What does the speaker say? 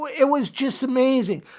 it was just amazing.